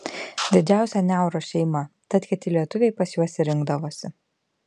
didžiausia niauros šeima tad kiti lietuviai pas juos ir rinkdavosi